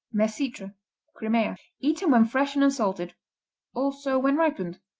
mesitra crimea eaten when fresh and unsalted also when ripened.